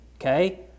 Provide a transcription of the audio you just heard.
okay